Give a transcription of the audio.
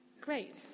Great